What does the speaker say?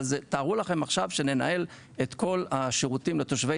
אבל תארו לכם עכשיו שננהל את כל השירותים לתושבי